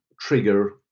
trigger